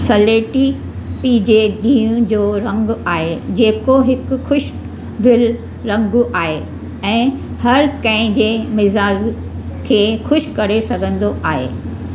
सलेटी टीजे ॾींहं जो रंगु आहे जेको हिकु ख़ुशदिलि रंगु आहे ऐं हर कंहिं जे मिज़ाज खे खु़शि करे सघंदो आहे